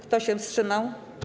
Kto się wstrzymał?